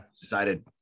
decided